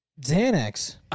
Xanax